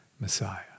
Messiah